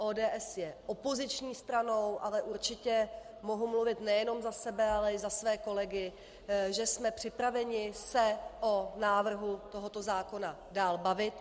ODS je opoziční stranou, ale určitě mohu mluvit nejenom za sebe, ale i za své kolegy, že jsme připraveni se o návrhu tohoto zákona bavit.